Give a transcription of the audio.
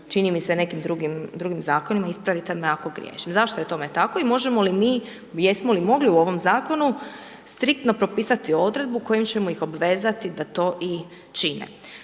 čini mi se nekim drugim zakonima, ispravite me ako griješim. Zašto je tome tako i možemo li mi, jesmo li mogli u ovom zakonu striktno propisati odredbu kojim ćemo ih obvezati da to i čime?